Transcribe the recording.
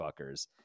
fuckers